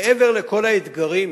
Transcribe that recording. מעבר לכל האתגרים